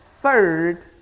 third